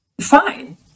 Fine